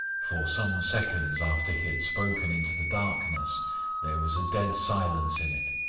for some seconds after he had spoken into the darkness there was a dead silence in it.